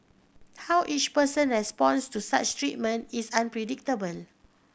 how each person responds to such treatment is unpredictable